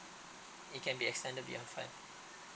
it can be extended